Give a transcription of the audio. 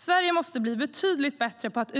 Sverige måste bli betydligt bättre på att